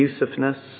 abusiveness